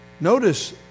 Notice